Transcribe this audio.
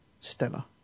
Stella